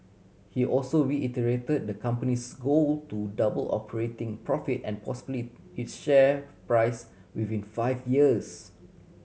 he also reiterate the company's goal to double operating profit and possibly its share price within five years